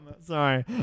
sorry